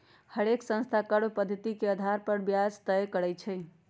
हरेक संस्था कर्व पधति के अधार पर ब्याज तए करई छई